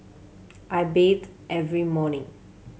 I bathe every morning